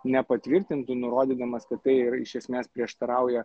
nepatvirtintų nurodydamas kad tai yra iš esmės prieštarauja